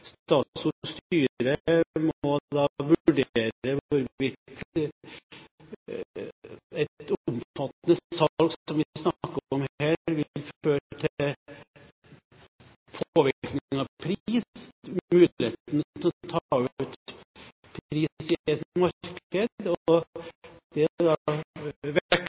styre da må vurdere hvorvidt et omfattende salg, som vi snakker om her, vil føre til påvirkning av pris, muligheten til å ta ut pris i et marked. Det er